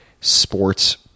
sports